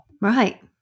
Right